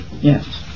Yes